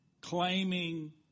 claiming